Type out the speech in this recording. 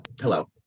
hello